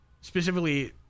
Specifically